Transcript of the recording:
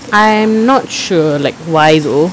I am not sure like why though